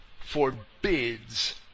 forbids